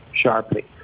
sharply